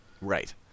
Right